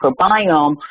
microbiome